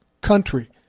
country